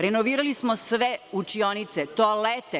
Renovirali smo sve učionice, toalete.